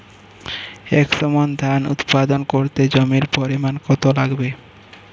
একশো মন ধান উৎপাদন করতে জমির পরিমাণ কত লাগবে?